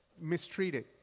mistreated